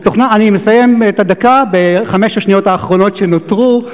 אני מסיים את הדקה בחמש השניות האחרונות שנותרו.